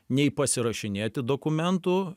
nei pasirašinėti dokumentų